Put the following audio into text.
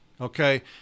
okay